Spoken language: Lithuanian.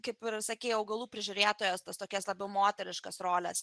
kaip ir sakei augalų prižiūrėtojas tas tokias labiau moteriškas roles